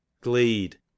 Gleed